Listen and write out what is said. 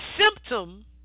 symptom